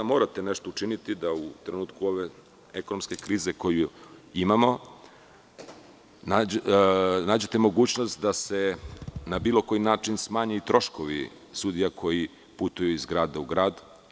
Morate nešto učiniti da, u trenutku ove ekonomske krize koju imamo, nađete mogućnost da se na bilo koji način smanje troškovi sudija koji putuju iz grada u grad.